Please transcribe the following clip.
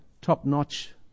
top-notch